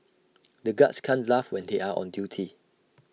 the guards can't laugh when they are on duty